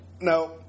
no